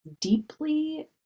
deeply